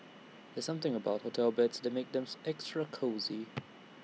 there's something about hotel beds that makes them extra cosy